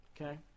okay